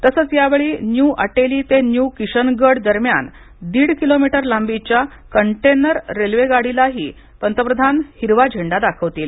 तसच यावेळी न्यू अटेली ते न्यू किशनगढदरम्यान दीड किलोमीटर लांबीच्या कंटेनर रेल्वेगाडीला ही पंतप्रधान हिरवा झेंडा दाखवतील